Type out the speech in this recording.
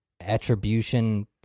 attribution